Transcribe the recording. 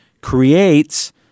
creates